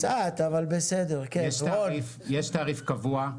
יש תעריף קבוע,